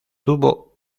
tuvo